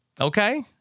Okay